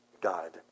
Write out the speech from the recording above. God